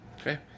Okay